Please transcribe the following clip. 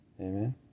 amen